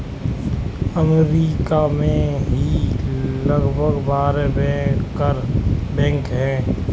अमरीका में ही लगभग बारह बैंकर बैंक हैं